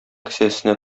кесәсенә